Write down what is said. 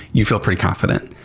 you feel pretty confident.